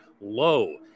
low